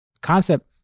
Concept